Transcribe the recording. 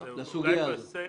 לסוגיה הזאת.